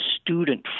student